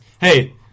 hey